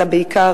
אלא בעיקר,